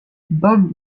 bob